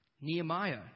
Nehemiah